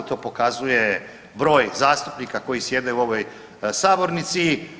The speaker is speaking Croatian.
To pokazuje broj zastupnika koji sjede u ovoj Sabornici.